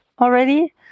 already